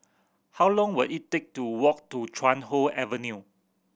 how long will it take to walk to Chuan Hoe Avenue